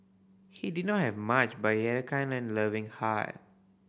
he did not have much but he had a kind and loving heart